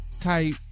type